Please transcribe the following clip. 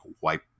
wipe